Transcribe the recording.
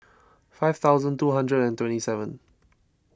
five thousand two hundred and twenty seven